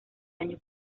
año